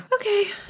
Okay